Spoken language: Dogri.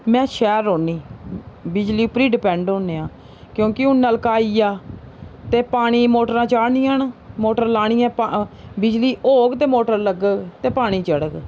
में शैह्र रौह्न्नी बिजली उप्पर डिपैंड होन्ने आं क्योंकि हून नलका आई गेआ ते पानी मोटरां चाढ़नियां न मोटर लानी ऐ पा बिजली होग ते मोटर लग्गग ते पानी चढ़ग